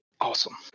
Awesome